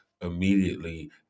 immediately